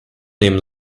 nehmen